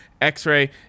x-ray